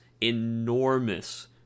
enormous